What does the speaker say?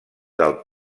del